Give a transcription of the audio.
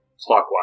clockwise